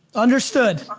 understood.